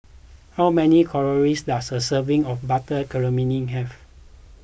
how many calories does a serving of Butter Calamari have